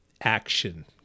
action